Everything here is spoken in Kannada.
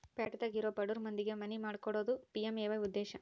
ಪ್ಯಾಟಿದಾಗ ಇರೊ ಬಡುರ್ ಮಂದಿಗೆ ಮನಿ ಮಾಡ್ಕೊಕೊಡೋದು ಪಿ.ಎಮ್.ಎ.ವೈ ಉದ್ದೇಶ